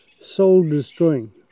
soul-destroying